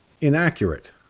inaccurate